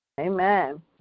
Amen